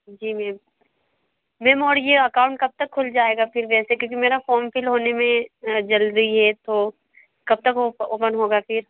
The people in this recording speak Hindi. जी मैम मैम और यह अकाउंट कब तक खुल जाएगा फिर वैसे क्योंकि मेरा फॉर्म फिल होने में जल्दी है तो कब तक ओपन होगा फिर